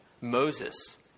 Moses